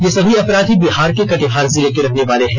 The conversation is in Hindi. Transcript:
ये सभी अपराधी बिहार के कटिहार जिले के रहने वाले हैं